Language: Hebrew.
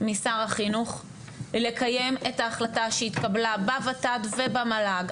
משר החינוך לקיים את ההחלטה שהתקבלה בות"ת ובמל"ג,